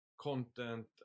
content